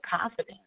confidence